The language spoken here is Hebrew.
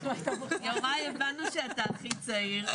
יוראי, הבנו שאתה הכי צעיר.